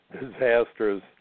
disasters